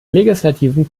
legislativen